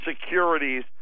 securities